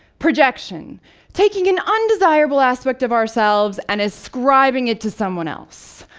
projection taking an undesirable aspect of ourselves and ascribing it to someone else.